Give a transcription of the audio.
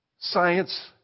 Science